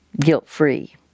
guilt-free